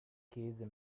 käse